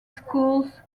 schools